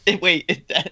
Wait